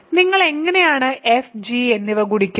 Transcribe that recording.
നിങ്ങൾ എങ്ങനെയാണ് f g എന്നിവ ഗുണിക്കുന്നത്